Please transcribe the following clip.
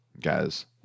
guys